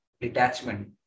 detachment